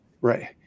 Right